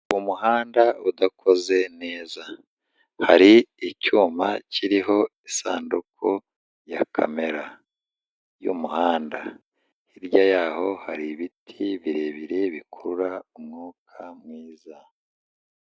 Umuhanda udakoze neza, hari icyuma kiriho isanduku ya kamera y'umuhanda, hirya yaho hari ibiti birebire bikurura umwuka mwiza.